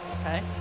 Okay